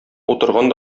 утырган